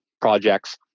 projects